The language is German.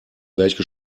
welche